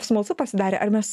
smalsu pasidarė ar mes